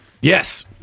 Yes